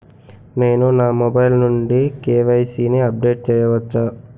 నేను నా మొబైల్ నుండి కే.వై.సీ ని అప్డేట్ చేయవచ్చా?